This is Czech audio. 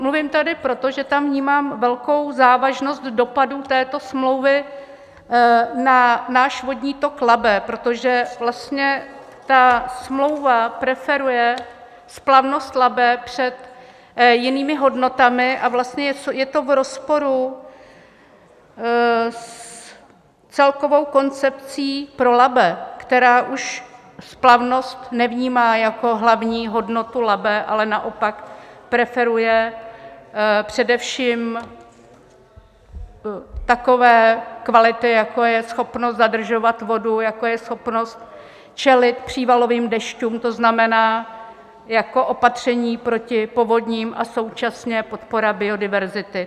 Mluvím tady, protože tam vnímám velkou závažnosti dopadu této smlouvy na náš vodní tok Labe, protože vlastně ta smlouva preferuje splavnost Labe před jinými hodnotami a je to v rozporu s celkovou koncepcí pro Labe, která už splavnost nevnímá jako hlavní hodnotu Labe, ale naopak preferuje především takové kvality, jako je schopnost zadržovat vodu, jako je schopnost čelit přívalovým dešťům, To znamená jako opatření proti povodním a současně podpora biodiverzity.